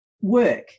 work